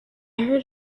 heard